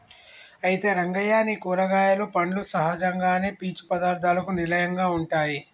అయితే రంగయ్య నీ కూరగాయలు పండ్లు సహజంగానే పీచు పదార్థాలకు నిలయంగా ఉంటాయి